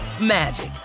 magic